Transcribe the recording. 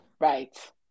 Right